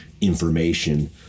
information